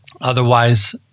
otherwise